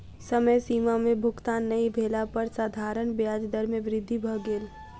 समय सीमा में भुगतान नै भेला पर साधारण ब्याज दर में वृद्धि भ गेल